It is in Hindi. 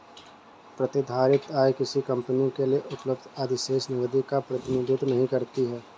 प्रतिधारित आय किसी कंपनी के लिए उपलब्ध अधिशेष नकदी का प्रतिनिधित्व नहीं करती है